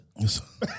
Yes